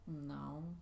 No